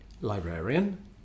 librarian